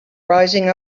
rising